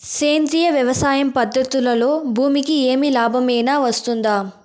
సేంద్రియ వ్యవసాయం పద్ధతులలో భూమికి ఏమి లాభమేనా వస్తుంది?